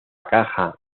caja